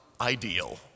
ideal